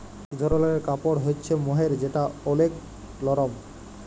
ইক ধরলের কাপড় হ্য়চে মহের যেটা ওলেক লরম